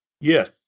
Yes